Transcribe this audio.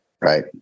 Right